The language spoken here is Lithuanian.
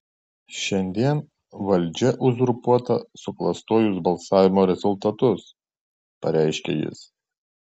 šiandien valdžia uzurpuota suklastojus balsavimo rezultatus pareiškė jis